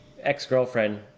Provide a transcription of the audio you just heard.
ex-girlfriend